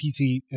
PC